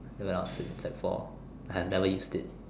well since sec four I have never used it